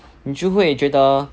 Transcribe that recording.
你就会觉得